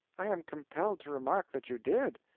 i am compelled to remark that you did.